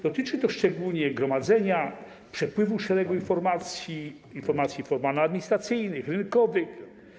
Dotyczy to szczególnie gromadzenia, przepływu szeregu informacji formalno-administracyjnych, rynkowych.